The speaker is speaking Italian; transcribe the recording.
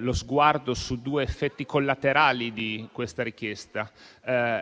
lo sguardo su due effetti collaterali di questa richiesta.